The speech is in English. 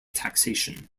taxation